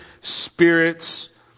spirits